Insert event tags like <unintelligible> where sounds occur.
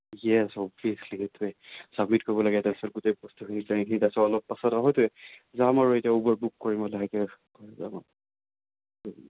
কিহে চব <unintelligible> লিখি থৈ ছাবমিট কৰিব লাগে তাৰ পাছত গোটেই বস্তুখিনি <unintelligible> তাৰ পাছত অলপ পাছত <unintelligible> যাম আৰু এতিয়া উবেৰ বুক কৰিম আৰু লাহেকৈ কৰি যাম আৰু